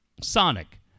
Sonic